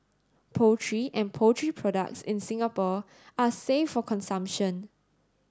poultry and poultry products in Singapore are safe for consumption